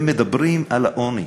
ומדברים על העוני.